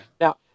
Now